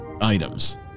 items